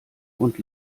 und